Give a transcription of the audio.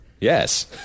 Yes